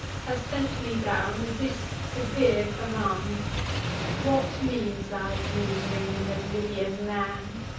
has sent me down with this severe command what means thy ling'ring in the libyan land?